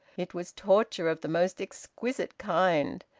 it was torture of the most exquisite kind.